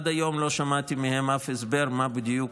עד היום לא שמעתי מהם אף הסבר מה בדיוק